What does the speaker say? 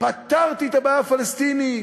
פתרתי את הבעיה הפלסטינית,